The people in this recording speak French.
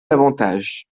davantage